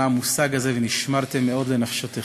מה המושג הזה של "ונשמרתם מאד לנפשתיכם",